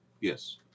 Yes